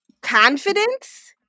Confidence